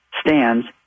stands